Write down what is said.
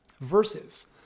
versus